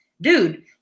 dude